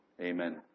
Amen